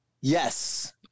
Yes